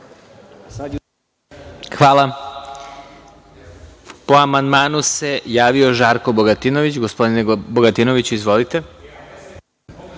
Hvala. Po amandmanu se javio Žarko Bogatinović. Gospodine Bogatinoviću, izvolite.